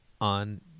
on